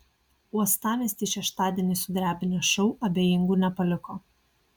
uostamiestį šeštadienį sudrebinęs šou abejingų nepaliko